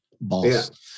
boss